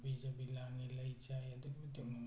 ꯍꯥꯕꯤ ꯖꯥꯕꯤ ꯂꯥꯡꯉꯤ ꯂꯩ ꯆꯥꯏ ꯑꯗꯨꯛꯀꯤ ꯃꯇꯤꯛ ꯅꯨꯡꯉꯥꯏ